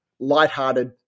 lighthearted